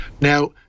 now